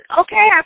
okay